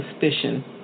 suspicion